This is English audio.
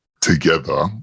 together